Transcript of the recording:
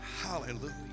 hallelujah